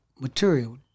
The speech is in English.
material